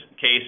case